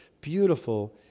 beautiful